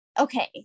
okay